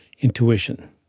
intuition